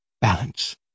balance